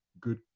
good